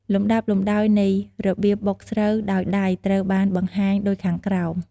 លំដាប់លំដោយនៃរបៀបបុកស្រូវដោយដៃត្រូវបានបង្ហាញដូចខាងក្រោម។